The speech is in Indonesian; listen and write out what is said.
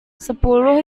sepuluh